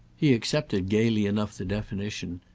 he accepted gaily enough the definition.